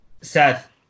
Seth